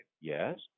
Yes